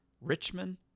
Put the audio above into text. Richmond